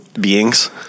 beings